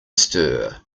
stir